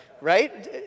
right